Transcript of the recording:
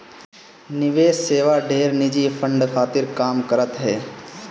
निवेश सेवा ढेर निजी फंड खातिर काम करत हअ